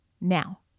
now